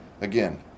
Again